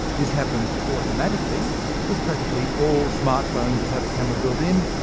this happens automatically with practically all smart phones that have a camera built in,